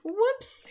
Whoops